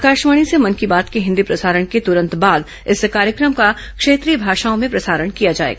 आकाशवाणी से मन की बात के हिंदी प्रसारण के तुरंत बाद इस कार्यक्रम का क्षेत्रीय भाषाओं में प्रसारण किया जाएगा